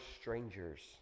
strangers